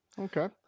Okay